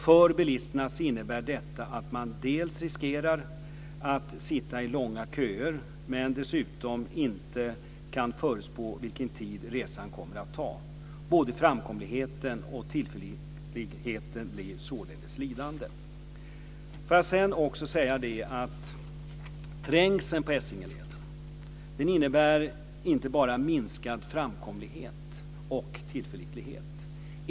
För bilisterna innebär detta att man dels riskerar att sitta i långa köer, dels att man dessutom inte kan förutspå vilken tid resan kommer att ta. Både framkomligheten och tillförlitligheten blir således lidande. Trängseln på Essingeleden innebär inte bara minskad framkomlighet och tillförlitlighet.